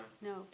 No